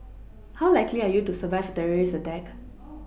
how likely are you to survive a terrorist attack